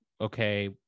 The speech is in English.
okay